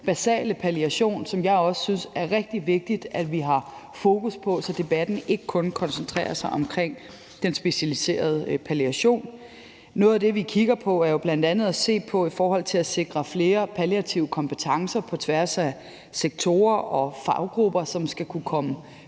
basale palliation, som jeg også synes det er rigtig vigtigt vi har fokus på, så debatten ikke kun koncentrerer sig om den specialiserede palliation. Noget af det, vi kigger på, er bl.a. at sikre flere palliative kompetencer på tværs af sektorer og faggrupper, som skal kunne komme